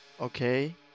okay